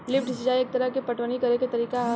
lift सिंचाई एक तरह के पटवनी करेके तरीका ह